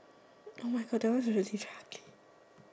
my God that one is really very ugly